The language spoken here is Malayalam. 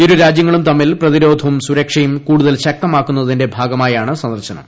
ഇരു രാജൃങ്ങളും തമ്മിൽ പ്രതിരോധവും സുരക്ഷയും കൂട്ടുത്തൽ ശക്തമാക്കുന്നതിന്റെ ഭാഗമായാണ് സന്ദർശനം